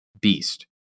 beast